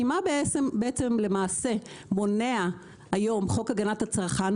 כי מה מונע חוק הגנת הצרכן היום?